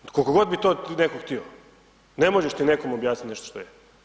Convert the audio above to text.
Koliko god bi to netko htio, ne možeš ti nekome objasniti nešto što je.